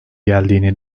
geldiğini